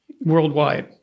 worldwide